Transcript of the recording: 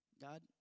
God